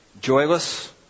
joyless